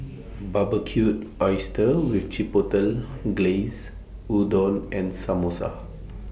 Barbecued Oysters with Chipotle Glaze Udon and Samosa